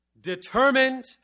determined